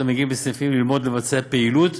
המגיעים לסניפים ללמוד לבצע פעילות